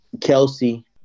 Kelsey